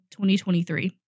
2023